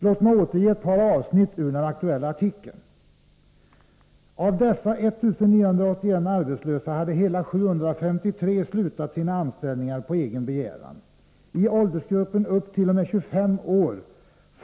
Låt mig återge ett par avsnitt ur den aktuella artikeln. ”Av dessa 1981 arbetslösa hade hela 753 slutat sina anställningar på egen begäran.